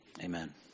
Amen